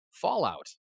Fallout